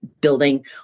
building